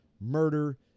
murder